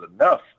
enough